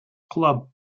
club